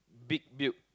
big build